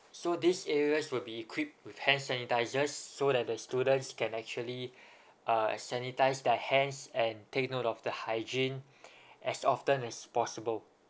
so these areas will be equipped with hand sanitisers so that the students can actually uh sanitise their hands and take note of the hygiene as often as possible